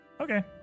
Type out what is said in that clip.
Okay